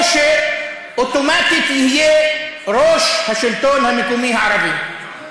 או שאוטומטית יהיה ראש השלטון המקומי הערבי,